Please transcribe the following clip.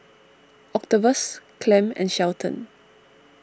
Octavius Clem and Shelton